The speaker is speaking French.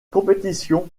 compétition